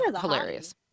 hilarious